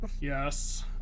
yes